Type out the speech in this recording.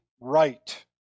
right